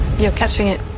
you're catching it.